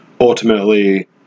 ultimately